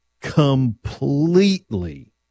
completely